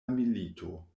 milito